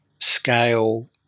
scale